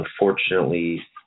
Unfortunately